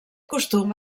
costum